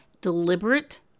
deliberate